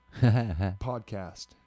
podcast